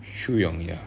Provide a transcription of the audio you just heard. shu yong ya